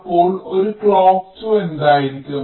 അപ്പോൾ ഒരു ക്ലോക്ക് 2 എന്തായിരിക്കും